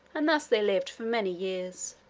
and thus they lived for many years.